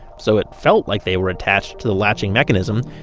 so it felt like they were attached to the latching mechanism,